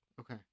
Okay